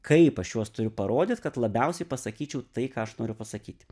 kaip aš juos turiu parodyt kad labiausiai pasakyčiau tai ką aš noriu pasakyti